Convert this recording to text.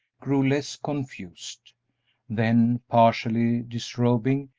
grew less confused then, partially disrobing,